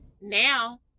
Now